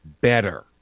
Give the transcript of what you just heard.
better